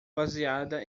baseada